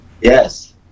Yes